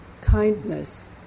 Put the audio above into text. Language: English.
kindness